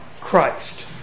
Christ